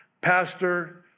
Pastor